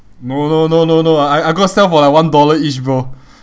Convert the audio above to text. no no no no I I'm going to sell for like one dollar each bro